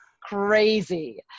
crazy